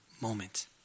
moment